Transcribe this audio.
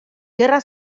gerra